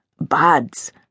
birds